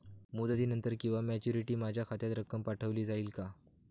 मुदतीनंतर किंवा मॅच्युरिटी माझ्या खात्यात रक्कम पाठवली जाईल का?